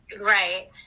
Right